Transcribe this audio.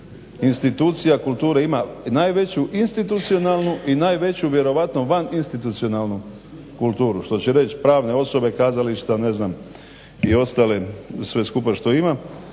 institucija kulture ima najveću institucionalnu i najveću vjerovatno van institucionalnu kulturu što će reć pravne osobe, kazališta, ne znam i ostale sve skupa što ima.